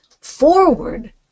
forward